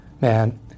man